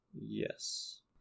Yes